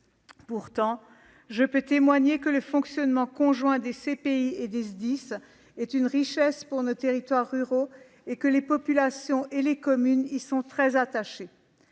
Pourtant, je peux témoigner que le fonctionnement conjoint des CPI et des SDIS est une richesse pour nos territoires ruraux et que les populations et les communes y sont très attachées.